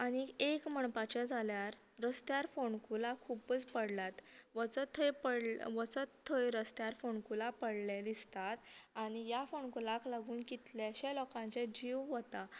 आनीक एक म्हणपाचे जाल्यार रस्त्यार फोंडकुलां खुबूच पडल्यात वचत थंय पड वचत थंय स्त्यार फोंडकुलां पडले दिसतात आनी ह्या फोंडकुलांक लागून कितलेशे लोकांचे जीव वतात